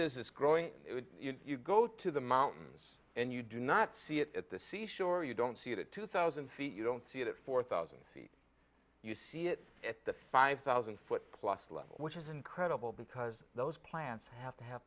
growing you go to the mountains and you do not see it at the seashore you don't see it at two thousand feet you don't see it at four thousand feet you see it at the five thousand foot plus level which is incredible because those plants have to have